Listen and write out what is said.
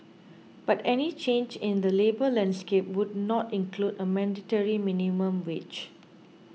but any change in the labour landscape would not include a mandatory minimum wage